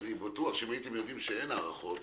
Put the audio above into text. אני בטוח, שאם הייתם יודעים שאין הארכות,